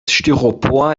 styropor